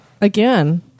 again